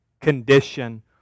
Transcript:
condition